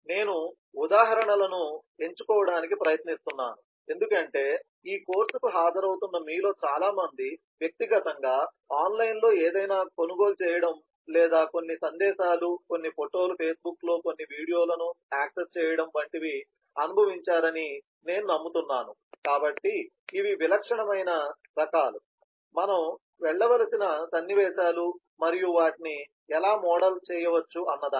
నేను ఉదాహరణలను ఎంచుకోవడానికి ప్రయత్నిస్తున్నాను ఎందుకంటే ఈ కోర్సుకు హాజరవుతున్న మీలో చాలా మంది వ్యక్తిగతంగా ఆన్లైన్లో ఏదైనా కొనుగోలు చేయడం లేదా కొన్ని సందేశాలు కొన్ని ఫోటోలు ఫేస్బుక్లో కొన్ని వీడియోలను యాక్సెస్ చేయడం వంటివి అనుభవించారని నేను నమ్ముతున్నాను కాబట్టి ఇవి విలక్షణమైన రకాలు మనము వెళ్ళవలసిన సన్నివేశాలు మరియు వాటిని ఎలా మోడల్ చేయవచ్చు అన్నదానికి